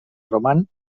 roman